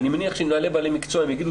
ואני מניח שאם נעלה בעלי מקצוע הם יגידו